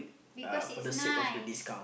because it is nice